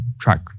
track